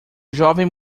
jovem